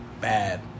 bad